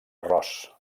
arròs